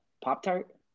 Pop-Tart